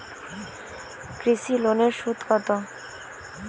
কৃষি লোনের সুদ কত?